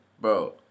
Bro